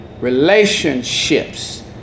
relationships